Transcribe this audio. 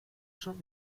schon